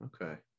okay